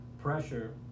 pressure